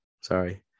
Sorry